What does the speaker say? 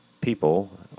people